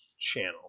channel